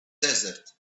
desert